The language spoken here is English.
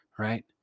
Right